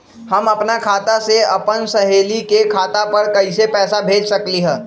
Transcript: हम अपना खाता से अपन सहेली के खाता पर कइसे पैसा भेज सकली ह?